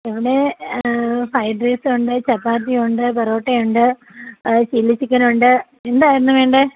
ഇവിടെ fried rice ഉണ്ട് ചപ്പാത്തി ഉണ്ട് പെറോട്ട ഉണ്ട് ചില്ലി ചിക്കൻ ഉണ്ട് എന്തായിരുന്നു വേണ്ടത്